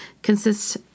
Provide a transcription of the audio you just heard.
consists